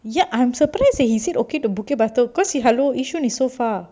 ya I'm surprised that he said okay to bukit batok cause he hello yishun is so far